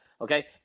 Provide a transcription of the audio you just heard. Okay